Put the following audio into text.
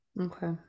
Okay